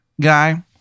guy